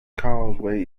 causeway